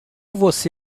você